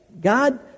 God